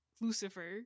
Lucifer